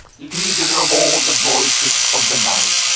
leader of all the voices of the night,